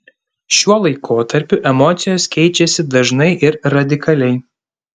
šiuo laikotarpiu emocijos keičiasi dažnai ir radikaliai